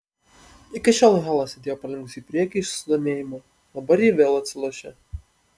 iki šiol hela sėdėjo palinkusi į priekį iš susidomėjimo dabar ji vėl atsilošė